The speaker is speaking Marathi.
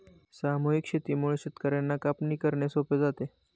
सामूहिक शेतीमुळे शेतकर्यांना कापणी करणे सोपे जाते